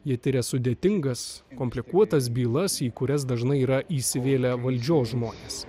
jie tiria sudėtingas komplikuotas bylas į kurias dažnai yra įsivėlę valdžios žmonės